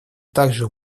также